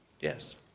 Yes